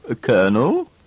Colonel